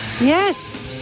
Yes